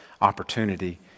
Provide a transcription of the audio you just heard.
opportunity